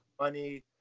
money